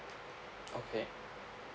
okay